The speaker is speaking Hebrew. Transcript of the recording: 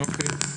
אוקיי.